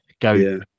go